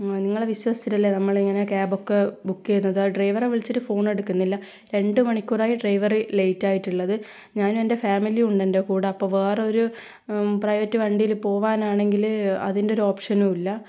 നിങ്ങളെ വിശ്വസിച്ചിട്ടല്ലേ നമ്മളിങ്ങനെ ക്യാബൊക്കെ ബുക്ക് ചെയ്യുന്നത് ആ ഡ്രൈവറെ വിളിച്ചിട്ട് ഫോൺ എടുക്കുന്നില്ല രണ്ടു മണിക്കൂർ ആയി ഡ്രൈവർ ലേറ്റ് ആയിട്ടുള്ളത് ഞാനും എൻ്റെ ഫാമിലിയും ഉണ്ട് എൻ്റെ കൂടെ അപ്പം വേറൊരു പ്രൈവറ്റ് വണ്ടിയിൽ പോവാൻ ആണെങ്കിൽ അതിൻ്റെ ഒരു ഓപ്ഷനും ഇല്ല